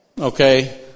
Okay